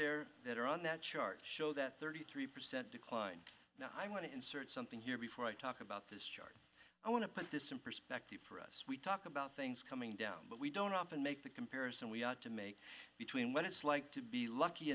countries that are on that chart show that thirty three percent decline i'm going to insert something here before i talk about this chart i want to put this in perspective for us we talk about things coming down but we don't often make the comparison we ought to make between what it's like to be lucky